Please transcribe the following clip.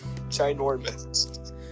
ginormous